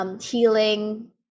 healing